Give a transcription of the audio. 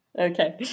Okay